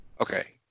okay